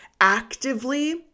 actively